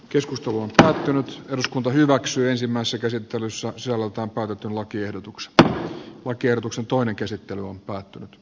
keskustelu on päättynyt eduskunta hyväksyy ensimmäiset esiottelussa salolta otetun lakiehdotuksesta on kierroksen toinen käsittely on päättynyt